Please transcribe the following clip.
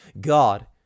God